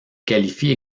qualifient